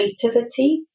creativity